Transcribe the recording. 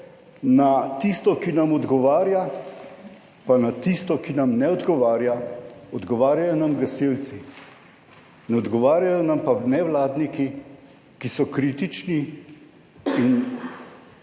na tisto, ki nam odgovarja pa na tisto, ki nam ne odgovarja. Odgovarjajo nam gasilci, ne odgovarjajo nam pa nevladniki, ki so kritični in